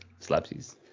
Slapsies